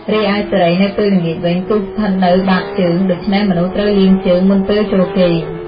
រីឯសិរីនៅពេលល្ងាចវិញ គឺស្ថិតនៅបាតជើង ដូច្នេះមនុស្សត្រូវលាងជើងមុនពេលចូលគេង។